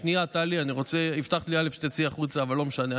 שנייה, טלי, הבטחת לי שתצאי החוצה, אבל לא משנה.